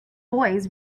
boys